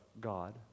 God